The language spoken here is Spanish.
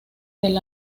del